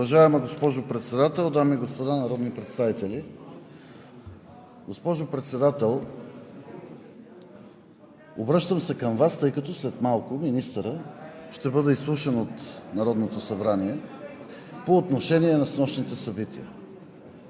Уважаема госпожо Председател, дами и господа народни представители! Госпожо Председател, обръщам се към Вас, тъй като след малко министърът ще бъде изслушан от Народното събрание по отношение на снощните събития.